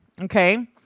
okay